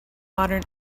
modern